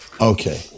Okay